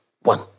One